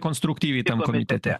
konstruktyviai ten komitete